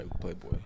Playboy